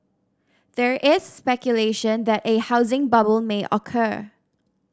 there is speculation that a housing bubble may occur